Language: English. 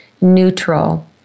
neutral